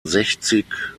sechzig